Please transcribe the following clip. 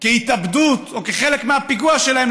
כהתאבדות או כחלק מהפיגוע שלהם,